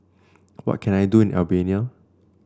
what can I do in Albania